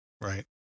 Right